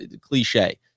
cliche